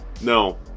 no